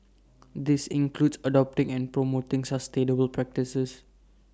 this includes adopting and promoting sustainable practices